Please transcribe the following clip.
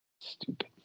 Stupid